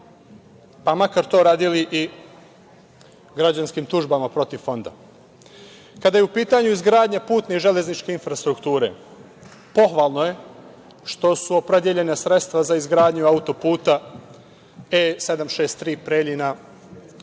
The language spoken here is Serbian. pa makar to radili i građanskim tužbama protiv Fonda. Kada je u pitanju izgradnja putne i železničke infrastrukture, pohvalno je što su opredeljena sredstva za izgradnju autoputa E 763 Preljina-Požega.